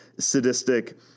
sadistic